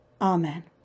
amen